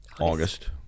August